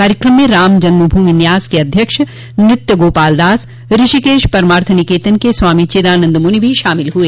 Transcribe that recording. कार्यक्रम में रामजन्म भूमि न्यास के अध्यक्ष नृत्य गोपालदास ऋषिकेश परमार्थ निकेतन के स्वामी चिदानन्द मुनि भी शामिल हुए